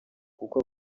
kuko